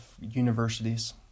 universities